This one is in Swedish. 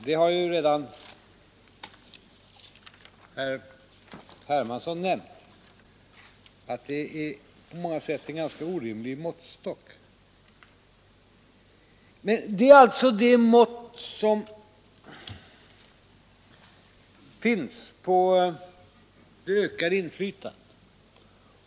Herr Hermansson har redan nämnt att skatterna på många sätt är en orimlig måttstock, men de är alltså det mått som finns på det ökade inflytandet.